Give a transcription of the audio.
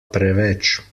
preveč